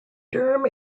durham